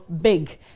big